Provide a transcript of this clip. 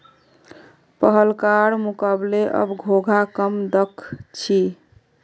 पहलकार मुकबले अब घोंघा कम दख छि